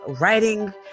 writing